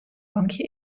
bankje